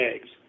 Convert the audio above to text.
eggs